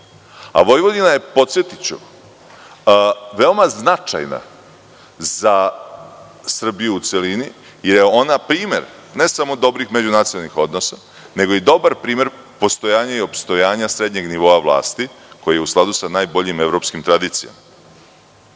Vojvodina je, podsetiću, veoma značajna za Srbiju u celini, jer je ona primer, ne samo dobrih međunacionalnih odnosa, nego i dobar primer postojanja i opstajanja srednjeg nivoa vlasti, koji je u skladu sa najboljim evropskim tradicijama. Sve